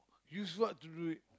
use what to do it